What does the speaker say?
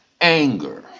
anger